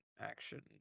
action